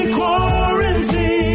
quarantine